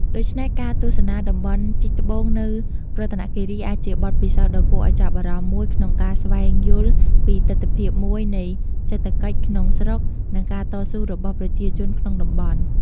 ដូច្នេះ ការទស្សនាតំបន់ជីកត្បូងនៅរតនគិរីអាចជាបទពិសោធន៍ដ៏គួរឱ្យចាប់អារម្មណ៍មួយក្នុងការស្វែងយល់ពីទិដ្ឋភាពមួយនៃសេដ្ឋកិច្ចក្នុងស្រុក និងការតស៊ូរបស់ប្រជាជនក្នុងតំបន់។